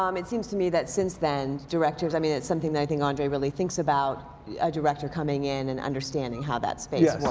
um it seems to me that since then, directors i mean it's something i think andre really thinks about, a director coming in and understanding how that space